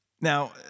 Now